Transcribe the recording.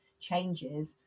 changes